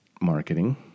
marketing